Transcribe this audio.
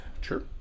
Sure